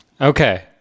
Okay